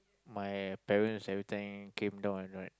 my parents every time came down or not